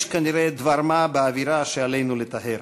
יש כנראה דבר מה באווירה שעלינו לטהר.